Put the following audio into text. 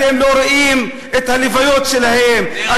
אתם לא רואים את הלוויות שלהם,